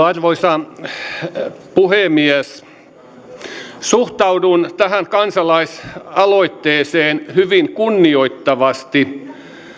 arvoisa puhemies suhtaudun tähän kansalaisaloitteeseen hyvin kunnioittavasti